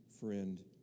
friend